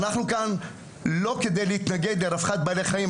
אנחנו כאן לא כדי להתנגד לרווחת בעלי החיים,